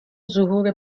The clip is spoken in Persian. ظهور